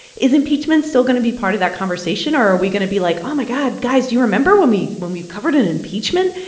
is impeachment still going to be part of that conversation or are we going to be like, oh, my god, guys, do you remember when we when we covered an impeachment?